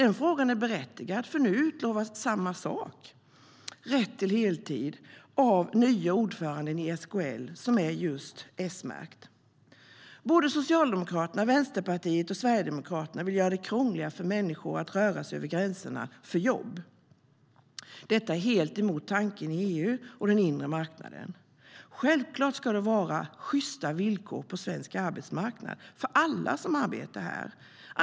Den frågan är berättigad, för nu utlovas samma sak - rätt till heltid - av den nya ordföranden i SKL, som är just S-märkt.Självklart ska det vara sjysta villkor på svensk arbetsmarknad för alla som arbetar här.